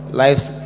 life's